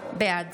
בעד